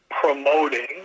promoting